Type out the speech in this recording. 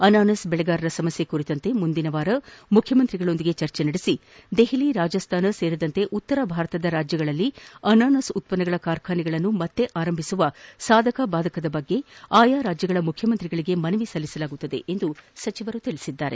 ಅನಾನಸ್ ಬೆಳೆಗಾರರ ಸಮಸ್ತೆ ಕುರಿತು ಮುಂದಿನವಾರ ಮುಖ್ಯಮಂತ್ರಿ ಅವರೊಂದಿಗೆ ಚರ್ಚೆ ನಡೆಸಿ ದೆಹಲಿ ರಾಜಸ್ತಾನ ಸೇರಿದಂತೆ ಉತ್ತರ ಭಾರತದ ರಾಜ್ಯಗಳಲ್ಲಿನ ಅನಾನಸ್ ಉತ್ಪನ್ನಗಳ ಕಾರ್ಖಾನೆಗಳನ್ನು ಮನರಾರಂಭಿಸುವ ಸಾಧಕ ಬಾಧಕ ಕುರಿತು ಆಯಾ ರಾಜ್ಯಗಳ ಮುಖ್ಯಮಂತ್ರಿಗಳಿಗೆ ಮನವಿ ಸಲ್ಲಿಸಲಾಗುವುದು ಎಂದು ಅವರು ತಿಳಿಸಿದರು